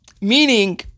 meaning